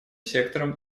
сектором